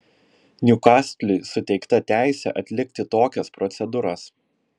niukastliui suteikta teisė atlikti tokias procedūras